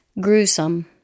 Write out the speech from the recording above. Gruesome